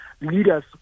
leaders